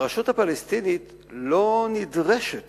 הרשות הפלסטינית לא נדרשת